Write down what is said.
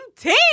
team